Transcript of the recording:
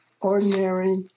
ordinary